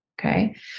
okay